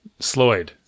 Sloyd